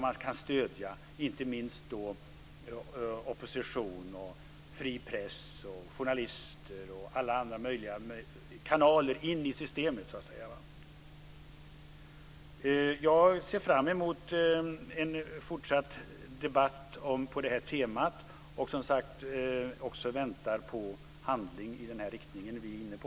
Man kan stödja opposition, fri press, journalister och alla möjliga kanaler in i systemet. Jag ser fram emot en fortsatt debatt på detta tema. Jag väntar som sagt också på handling i den riktning vi är inne på.